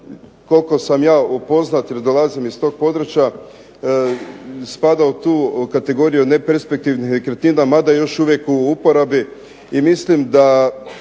koliko sam ja upoznat jer dolazim iz tog područja, spada u tu kategoriju neperspektivnih nekretnina mada je još uvijek u uporabi i mislim da